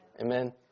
Amen